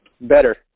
better